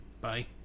Bye